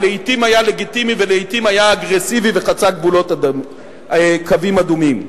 שלעתים היה לגיטימי ולעתים היה אגרסיבי וחצה קווים אדומים.